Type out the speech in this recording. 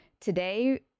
Today